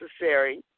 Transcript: necessary